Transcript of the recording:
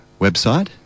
website